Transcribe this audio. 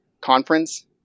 conference